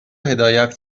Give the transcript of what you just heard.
هدایت